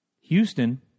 Houston